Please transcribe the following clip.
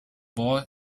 boy